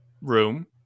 Room